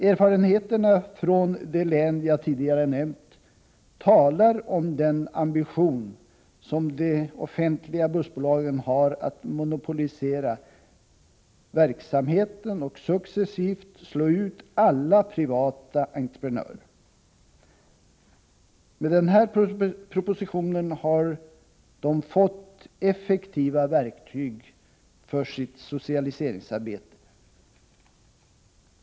Erfarenheterna från de län jag tidigare nämnt talar om den ambition som de offentliga bussbolagen har att monopolisera verksamheten och successivt slå ut alla privata entreprenörer. Med den här propositionen har de fått effektiva verktyg för sitt socialiseringsarbete.